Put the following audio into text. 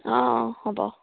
অঁ অ হ'ব